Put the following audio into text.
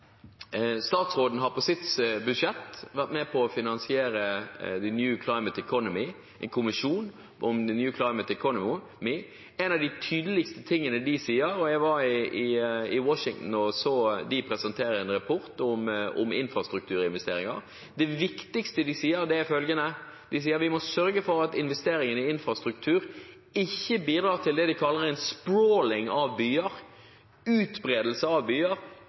Statsråden har på sitt budsjett vært med på å finansiere kommisjonen for The New Climate Economy. Jeg var i Washington og så dem presentere en rapport om infrastrukturinvesteringer. Det viktigste de sier, er følgende: Vi må sørge for at investeringene i infrastruktur ikke bidrar til det de kaller en «sprawling» av byer – utbredelse av byer